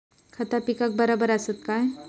खता पिकाक बराबर आसत काय?